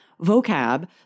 vocab